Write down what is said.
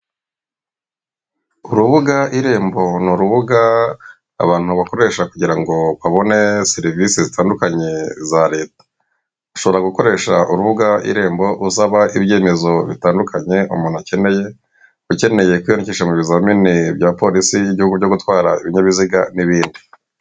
Urubuga irembo ni urubuga abantu bakoresha kugirango babone serivise zitandukanye za leta. Ushobora gukoresha urubuga irembo usaba ibyemezo bitandukanye umuntu akeneye, ukeneye kwiyandikisha mu bizamini bya polisi y'igihugu byo gutwara ibinyabiziga n'ibindi.